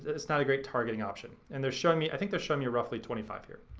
it's not a great targeting option. and they're showing me, i think they're showing me roughly twenty five here.